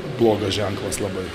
blogas ženklas labai